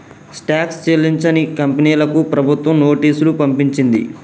tax చెల్లించని కంపెనీలకు ప్రభుత్వం నోటీసులు పంపించింది